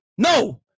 No